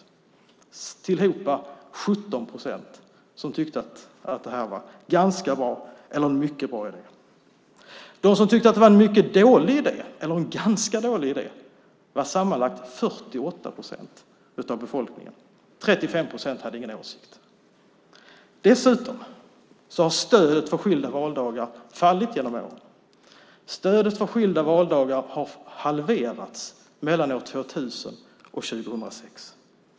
Det var alltså 17 procent som tyckte att detta var en ganska bra eller en mycket bra idé. De som tyckte att det var en mycket dålig idé eller en ganska dålig idé var 48 procent av befolkningen. 35 procent hade ingen åsikt. Dessutom har stödet för skilda valdagar fallit genom åren. Stödet för skilda valdagar har halverats mellan år 2000 och 2006.